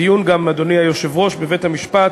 הדיון, אדוני היושב-ראש, בבית-המשפט